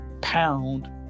pound